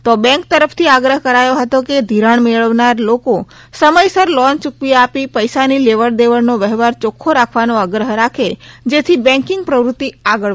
તો બઁક તરફથી આગ્રહ કરાયો હતો કે ઘિરાણ મેળવનાર લોકો સમયસર લોન યૂકવી આપી પૈસાની લેવડ દેવડ નો વહેવાર ચોખ્ખો રાખવાનો આગ્રહ રાખે જેથી બૅન્કિંગ પ્રવૃતિ આગળ વધે